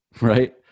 Right